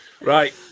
Right